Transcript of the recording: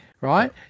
Right